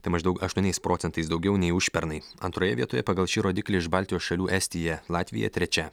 tai maždaug aštuoniais procentais daugiau nei užpernai antroje vietoje pagal šį rodiklį iš baltijos šalių estija latvija trečia